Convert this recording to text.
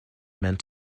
meant